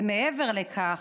ומעבר לכך,